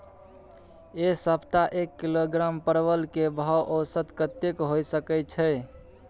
ऐ सप्ताह एक किलोग्राम परवल के भाव औसत कतेक होय सके छै?